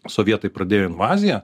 sovietai pradėjo invaziją